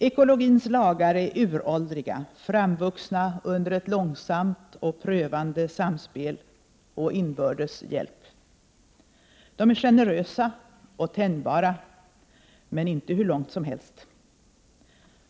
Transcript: Ekologins lagar är uråldriga, framvuxna under ett långsamt och prövande samspel och inbördes hjälp. De är generösa och tänjbara, men inte hur långt som helst.